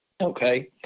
Okay